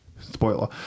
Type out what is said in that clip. spoiler